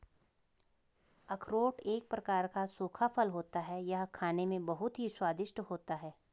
अखरोट एक प्रकार का सूखा फल होता है यह खाने में बहुत ही स्वादिष्ट होता है